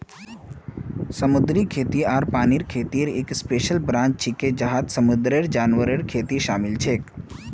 समुद्री खेती पानीर खेतीर एक स्पेशल ब्रांच छिके जहात समुंदरेर जानवरेर खेती शामिल छेक